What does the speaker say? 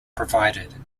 provided